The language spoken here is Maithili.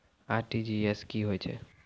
आर.टी.जी.एस की होय छै?